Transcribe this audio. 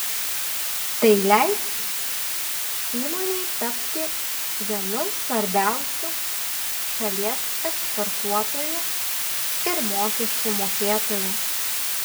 tai leis įmonei tapti vienu svarbiausių šalies eksportuotoju ir mokesčių mokėtoju